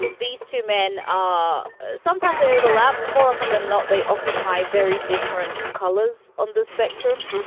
these two men, ah sometimes they overlap. but more often than not, they occupy very different colors on the spectrum.